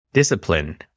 Discipline